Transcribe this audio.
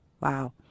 Wow